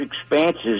expanses